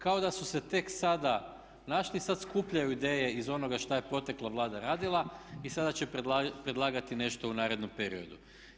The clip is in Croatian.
Kao da su se tek sada našli i sad skupljaju ideje iz onoga što je protekla Vlada radila i sada će predlagati nešto u narednom periodu.